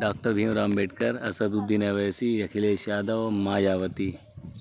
doctor Bhim Ambedkar Asaduddin Owaisi Akhilesh Yadav Mayawati